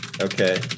Okay